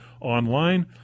online